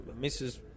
Mrs